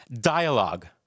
dialogue